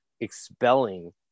expelling